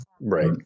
right